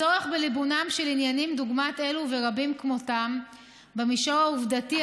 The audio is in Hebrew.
הצורך בליבונם של עניינים דוגמת אלו ורבים כמותם במישור העובדתי,